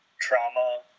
trauma